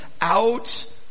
out